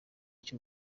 cy’u